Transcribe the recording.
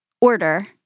order